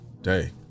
day